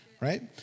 Right